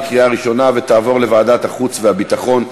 לוועדת החוץ והביטחון נתקבלה.